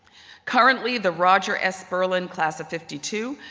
currently the roger s. berlind class of fifty two,